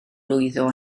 lwyddo